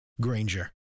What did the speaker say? Granger